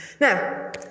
Now